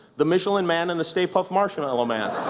the michelin man, and the stay-puft marshmallow man?